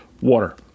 water